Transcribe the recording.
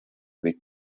with